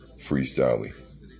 freestyling